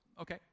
okay